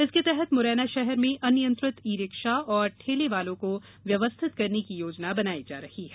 इसके तहत मुरैना शहर में अनियंत्रित ई रिक्शा और ठेले वालों को व्यवस्थित करने की योजना बनाई जा रही है